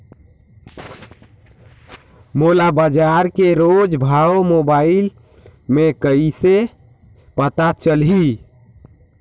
मोला बजार के रोज भाव मोबाइल मे कइसे पता चलही?